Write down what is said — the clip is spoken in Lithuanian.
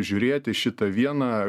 žiūrėti šitą vieną